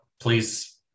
please